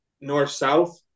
north-south